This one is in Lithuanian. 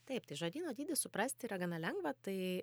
taip tai žodyno dydį suprasti yra gana lengva tai